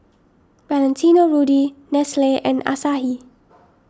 Valentino Rudy Nestle and Asahi